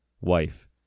wife